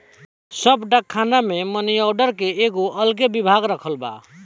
सब डाक खाना मे मनी आर्डर के एगो अलगे विभाग रखल बा